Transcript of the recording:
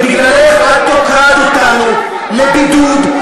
ואת תוקעת אותנו בבידוד.